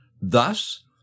Thus